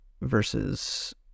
versus